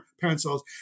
pencils